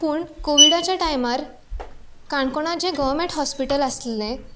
पूण कोविडाच्या टायमार काणकोणां जें गोव्हरमेंट हाॅस्पिटल आसलें